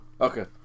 Okay